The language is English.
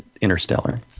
Interstellar